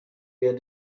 get